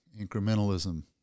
Incrementalism